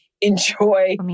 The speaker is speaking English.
enjoy